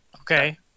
Okay